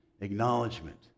acknowledgement